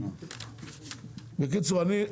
בקיצור אני,